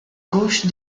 gauche